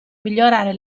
migliorare